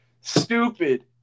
stupid